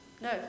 no